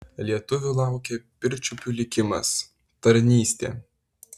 lietuvių laukė pirčiupių likimas tarnystė